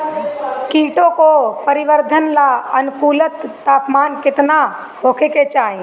कीटो के परिवरर्धन ला अनुकूलतम तापमान केतना होए के चाही?